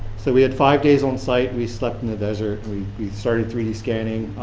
so we had five days onsite. we slept in the desert. we we started three d scanning.